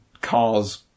Cars